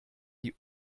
die